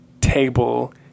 table